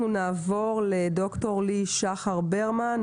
נעבור לד"ר ליהי שחר ברמן,